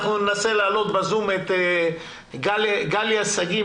אנחנו ננסה להעלות בזום את גליה שגיא,